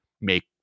make